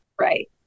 Right